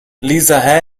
lisa